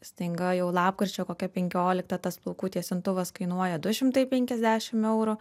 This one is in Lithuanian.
staiga jau lapkričio kokią penkioliktą tas plaukų tiesintuvas kainuoja du šimtai penkiasdešimt eurų